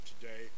today